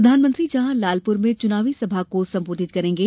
प्रधानमंत्री जहां लालपुर में चुनावी सभा को सम्बोधित करेंगे